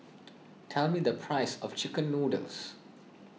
tell me the price of Chicken Noodles